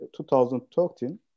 2013